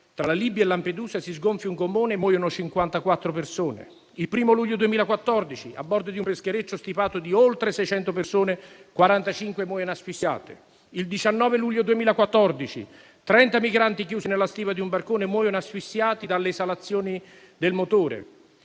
tra la Libia e Lampedusa, si sgonfia un gommone e muoiono 54 persone. Il 1° luglio 2014, a bordo di un peschereccio stipato di oltre 600 persone, 45 persone muoiono asfissiate. Il 19 luglio 2014, 30 migranti chiusi nella stiva di un barcone muoiono asfissiati dalle esalazioni del motore.